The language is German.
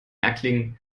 erklingen